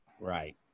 Right